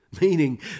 Meaning